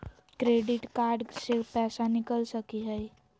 Credit card से पैसा निकल सकी हय?